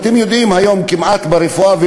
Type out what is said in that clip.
אתם יודעים, ברפואה היום כמעט לא בודקים.